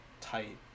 tight